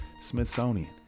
Smithsonian